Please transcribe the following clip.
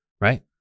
Right